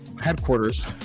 headquarters